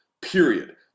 period